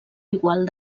igual